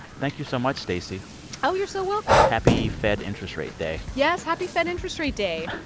thank you so much, stacey oh, you're so welcome happy fed interest rate day yes, happy fed interest rate day.